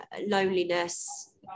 loneliness